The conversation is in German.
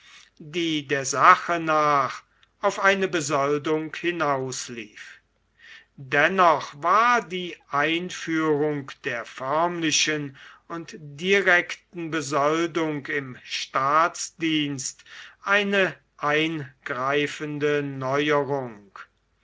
die der sache nach auf eine besoldung hinauslief dennoch war die einführung der förmlichen und direkten besoldung im staatsdienst eine eingreifende neuerung